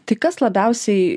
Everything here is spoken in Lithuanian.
tik kas labiausiai